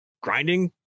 grinding